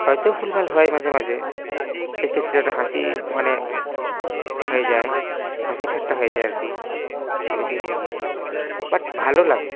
হয়তো ভুলভাল হয় মাঝে মাঝে সেক্ষেত্রে ওটা হাসি মানে হয়ে যায় হাসি ঠাট্টা হয়ে যায় আর কি ছবি তুলতে গিয়ে বাট ভালো লাগে